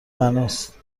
بناست